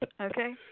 Okay